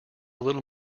little